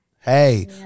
Hey